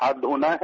हाथ धोना है